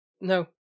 No